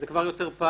אז זה כבר יוצר פער